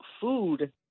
food